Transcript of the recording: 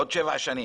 בעוד שבע שנים.